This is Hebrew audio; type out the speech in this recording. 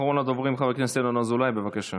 אחרון הדוברים, חבר הכנסת ינון אזולאי, בבקשה.